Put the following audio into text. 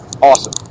awesome